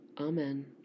Amen